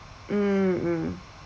mm mm